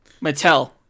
Mattel